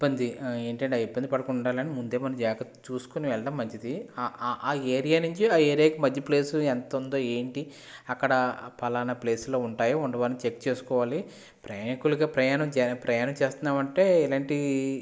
ఇబ్బంది ఏంటంటే ఆ ఇబ్బంది పడకుండా ఉండాలంటే మనం ముందే జాగ్రత్తగా చూసుకొని వెళ్లడం మంచిది ఆ ఏరియా నుంచి ఆ ఏరియాకి మధ్య ప్లేస్ ఎంత ఉందో ఏంటి అక్కడ పలాన ప్లేస్లో ఉంటాయో ఉండవో అని చెక్ చేసుకోవాలి ప్రయాణికులుగా ప్రయాణం చేస్తున్నామంటే ఎలాంటి